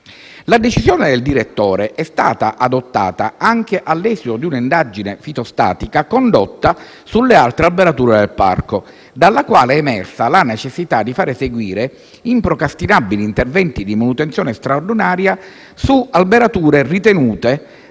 La decisione del direttore è stata adottata anche all'esito di un'indagine fitostatica condotta sulle altre alberature del parco, dalla quale è emersa la necessità di far eseguire improcrastinabili interventi di manutenzione straordinaria su alberature ritenute